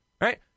Right